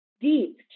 deep